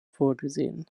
vorgesehen